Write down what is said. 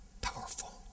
powerful